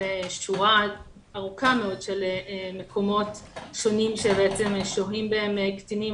שזאת שורה ארוכה מאוד של מקומות שונים שבהם שוהים קטינים,